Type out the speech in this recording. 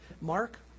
Mark